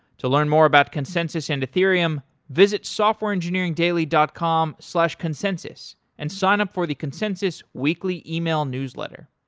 to learn more about consensus and ethereum, visit softwareengineeringdaily dot com slash consensus and sign up for the consensus weekly yeah e-mail newsletter.